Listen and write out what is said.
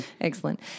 Excellent